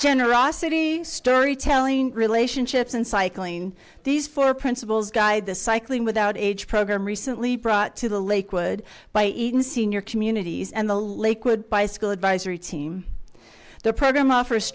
generosity storytelling relationships and cycling these four principles guide the cycling without age program recently brought to the lakewood by even senior communities and the lakewood bicycle advisory team the program offers